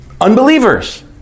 Unbelievers